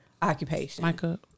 Occupation